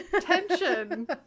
Tension